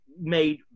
made